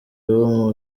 w’u